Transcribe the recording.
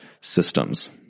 systems